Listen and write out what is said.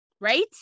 Right